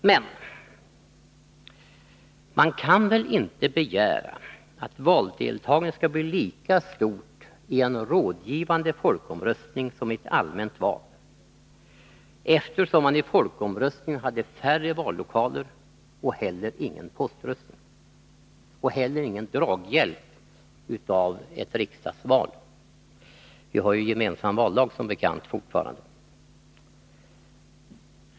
Men man kan väl inte begära att valdeltagandet skall bli lika stort i en rådgivande folkomröstning som i ett allmänt val, eftersom det i folkomröstningen var färre vallokaler, ingen poströstning och heller ingen draghjälp av ett riksdagsval. Vi har som bekant fortfarande gemensam valdag.